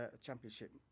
championship